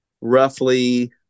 roughly